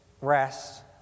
rest